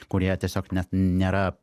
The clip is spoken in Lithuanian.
kurie tiesiog net nėra